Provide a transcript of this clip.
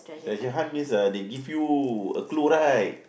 treasure hunt means uh they give you a clue right